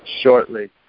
shortly